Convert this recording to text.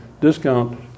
discount